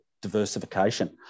diversification